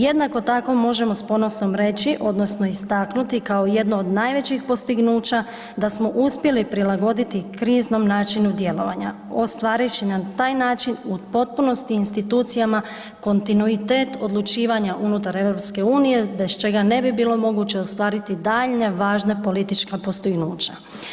Jednako tako možemo s ponosom reći odnosno istaknuti kao jedno od najvećih postignuća da smo uspjeli prilagoditi kriznom načinu djelovanja ostvarivši na taj način u potpunosti u institucijama kontinuitet odlučivanja unutar EU bez čega ne bi bilo moguće ostvariti daljnje važna politička postignuća.